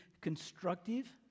constructive